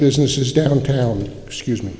businesses downtown excuse me